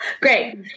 Great